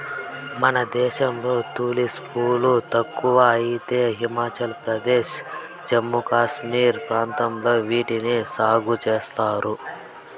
మన దేశంలో తులిప్ పూలు తక్కువ అయితే హిమాచల్ ప్రదేశ్, జమ్మూ కాశ్మీర్ ప్రాంతాలలో వీటిని సాగు చేస్తున్నారు